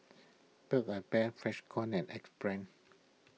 Build A Bear Freshkon and Axe Brand